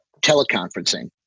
teleconferencing